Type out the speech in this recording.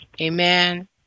Amen